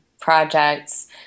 projects